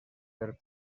per